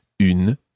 une